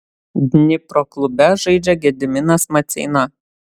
dnipro klube žaidžia gediminas maceina